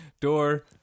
door